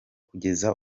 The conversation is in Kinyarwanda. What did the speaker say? kugeza